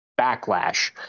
backlash